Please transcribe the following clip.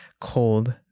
cold